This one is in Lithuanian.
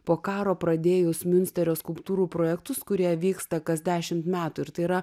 po karo pradėjus miunsterio skulptūrų projektus kurie vyksta kas dešimt metų ir tai yra